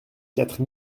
quatre